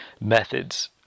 methods